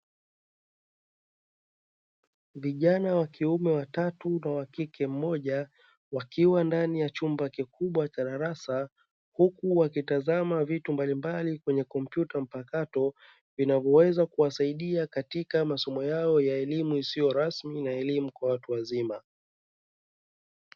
Vijana wa kiume watatu na wa kike mmoja, wakiwa ndani ya chumba kikubwa cha darasa, huku wakitazama vitu mbalimbali kwenye kompyuta mpakato vinavyoweza kuwasaidia katika masomo yao ya elimu isiyo rasmi na elimu kwa watu wazima.